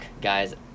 guys